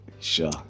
sure